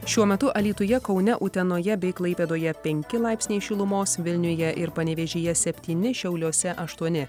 šiuo metu alytuje kaune utenoje bei klaipėdoje penki laipsniai šilumos vilniuje ir panevėžyje septyni šiauliuose aštuoni